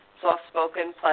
soft-spoken